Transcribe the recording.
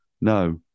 No